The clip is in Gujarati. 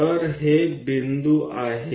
તો આ બિંદુઓ છે